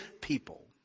people